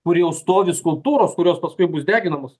kur jau stovi skulptūros kurios paskui bus deginamos